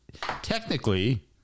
Technically